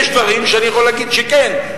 יש דברים שאני יכול להגיד שכן,